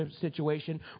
situation